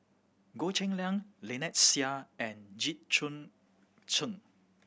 Goh Cheng Liang Lynnette Seah and Jit Choon Ch'ng